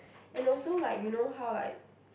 and also like you know how like